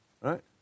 right